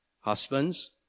Husbands